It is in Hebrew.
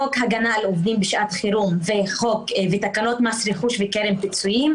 חוק הגנה על עובדים בשעת חירום ותקנות מס רכוש וקרן פיצויים,